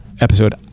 episode